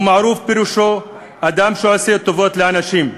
אבו מערוף פירושו אדם שעושה טובות לאנשים.